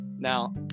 Now